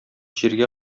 җиргә